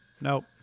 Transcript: nope